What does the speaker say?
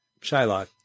Shylock